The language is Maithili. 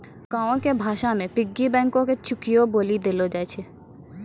गांवो के भाषा मे पिग्गी बैंको के चुकियो बोलि देलो जाय छै